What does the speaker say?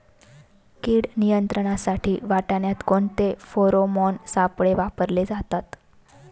कीड नियंत्रणासाठी वाटाण्यात कोणते फेरोमोन सापळे वापरले जातात?